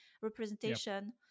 representation